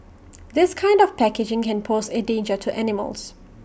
this kind of packaging can pose A danger to animals